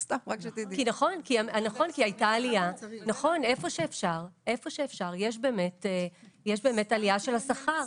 נכון, איפה שאפשר יש באמת עלייה של השכר.